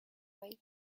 wide